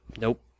Nope